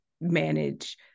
manage